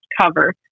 cover